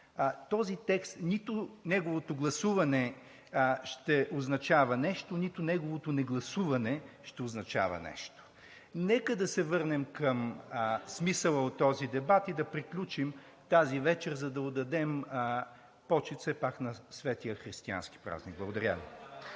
Този текст, нито неговото гласуване ще означава нещо, нито неговото негласуване ще означава нещо. Нека да се върнем към смисъла от този дебат и да приключим тази вечер, за да отдадем почит все пак на светлия християнски празник. Благодаря.